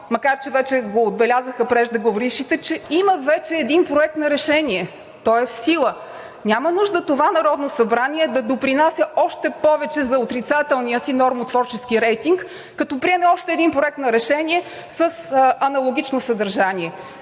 макар че вече го отбелязаха преждеговорившите, че има вече един проект на решение – той е в сила, и няма нужда това Народното събрание да допринася още повече за отрицателния си нормотворчески рейтинг като приеме още един проект на решение с аналогично съдържание.